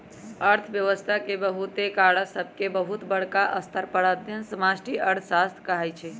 अर्थव्यवस्था के बहुते कारक सभके बहुत बरका स्तर पर अध्ययन समष्टि अर्थशास्त्र कहाइ छै